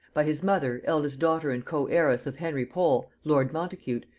by his mother, eldest daughter and coheiress of henry pole lord montacute,